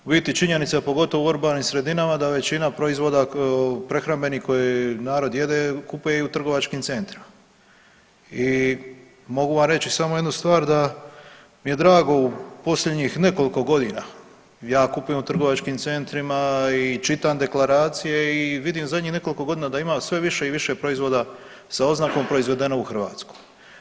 U biti činjenica je pogotovo u urbanim sredinama da većina proizvoda prehrambenih koji narod jede kupuje ih u trgovačkim centrima i mogu vam reći samo jednu stvar da mi je drago u posljednjih nekoliko godina ja kupujem u trgovačkim centrima i čitam deklaracije i vidim zadnjih nekoliko godina da ima sve više i više proizvoda sa oznakom proizvedeno u Hrvatskoj.